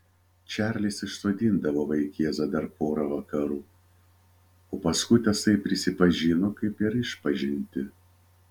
čarlis išsodindavo vaikėzą dar pora vakarų o paskui tasai prisipažino kaip per išpažintį